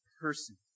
person